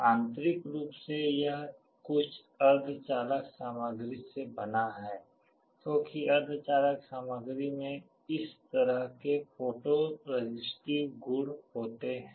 आंतरिक रूप से यह कुछ अर्धचालक सामग्री से बना है क्योंकि अर्धचालक सामग्री में इस तरह के फोटो रेसिस्टिव गुण होते हैं